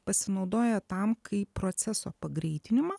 pasinaudoja tam kaip proceso pagreitinimą